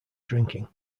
drinking